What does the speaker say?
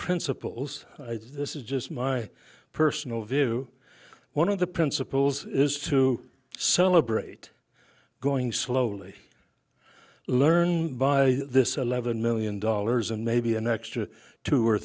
principles this is just my personal view one of the principles is to celebrate going slowly learn by this eleven million dollars and maybe an extra two or